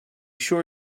sure